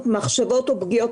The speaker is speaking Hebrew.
פסיכיאטרית.